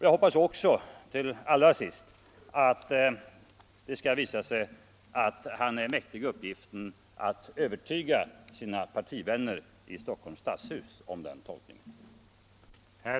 Jag hoppas också till sist att det skall visa sig att han är mäktig uppgiften att övertyga sina partivänner i Stockholms stadshus om den tolkningen.